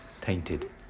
tainted